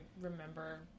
remember